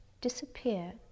disappear